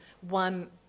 one